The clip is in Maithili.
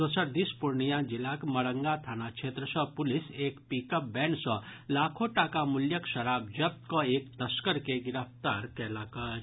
दोसर दिस पूर्णियां जिलाक मरंगा थाना क्षेत्र सँ पुलिस एक पिकअप वैन सँ लाखो टाका मूल्यक शराब जब्त कऽ एक तस्कर के गिरफ्तार कयलक अछि